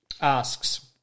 asks